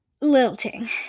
lilting